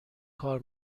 کار